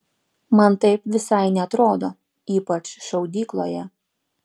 man taip visai neatrodo ypač šaudykloje